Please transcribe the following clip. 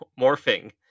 morphing